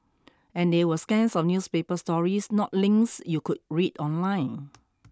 and they were scans of newspaper stories not links you could read online